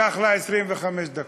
לקח לה 25 דקות.